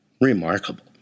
remarkable